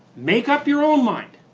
make up your own mind,